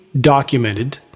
documented